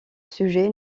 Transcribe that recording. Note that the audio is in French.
sujet